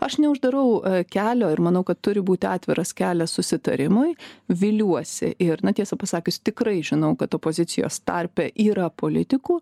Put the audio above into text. aš neuždarau kelio ir manau kad turi būti atviras kelias susitarimui viliuosi ir na tiesą pasakius tikrai žinau kad opozicijos tarpe yra politikų